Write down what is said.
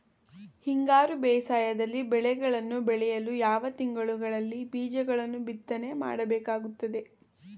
ಹಿಂಗಾರು ಬೇಸಾಯದಲ್ಲಿ ಬೆಳೆಗಳನ್ನು ಬೆಳೆಯಲು ಯಾವ ತಿಂಗಳುಗಳಲ್ಲಿ ಬೀಜಗಳನ್ನು ಬಿತ್ತನೆ ಮಾಡಬೇಕಾಗುತ್ತದೆ?